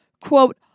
quote